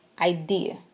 idea